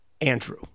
Andrew